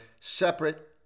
separate